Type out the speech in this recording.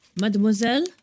Mademoiselle